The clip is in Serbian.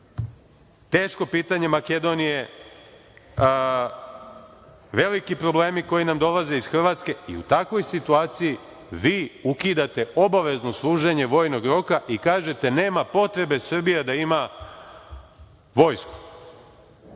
teško pitanje Makedonije, veliki problemi koji nam dolaze iz Hrvatske i u takvoj situaciji vi ukidate obavezno služenje vojnog roka i kažete, nema potrebe Srbija da ima vojsku. Dakle,